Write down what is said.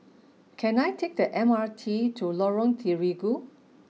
can I take the M R T to Lorong Terigu